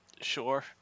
Sure